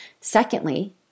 Secondly